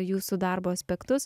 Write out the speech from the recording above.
jūsų darbo aspektus